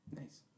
Nice